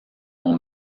mon